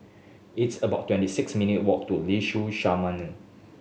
it's about twenty six minutes walk to Liuxun Sanhemiao